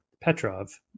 Petrov